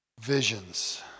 Visions